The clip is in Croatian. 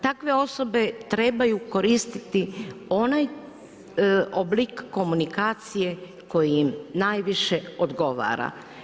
Takve osobe trebaju koristiti onaj oblik komunikacije koji im najviše odgovora.